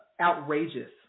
Outrageous